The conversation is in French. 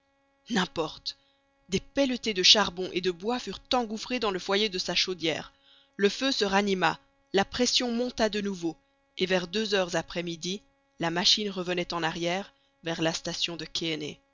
n'importe des pelletées de charbon et de bois furent engouffrées dans le foyer de sa chaudière le feu se ranima la pression monta de nouveau et vers deux heures après midi la machine revenait en arrière vers la station de